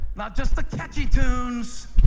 not just the catchy tunes.